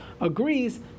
agrees